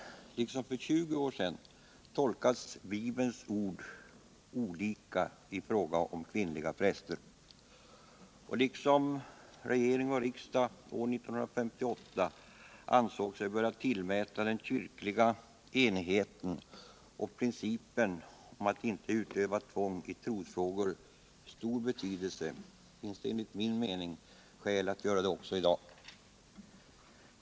Liksom för 20 år sedan tolkas emellertid Bibelns ord olika när det gäller kvinnliga präster. Och liksom regering och riksdag år 1958 ansåg sig böra tillmäta den kyrkliga enigheten och principen om att inte utöva tvång I trosfrågor stor betydelse, finns det enligt min mening skäl att göra det också i dag.